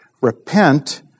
Repent